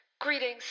Greetings